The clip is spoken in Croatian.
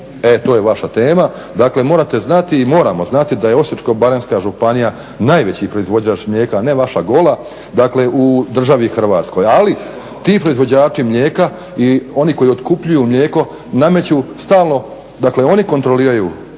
e to je vaša tema. Dakle, morate znati i moramo znati da je Osječko-baranjska županija najveći proizvođač mlijeka a ne vaša Gola, dakle u državi Hrvatskoj. Ali ti proizvođači mlijeka i oni koji otkupljuju mlijeko nameću stalno, dakle oni kontroliraju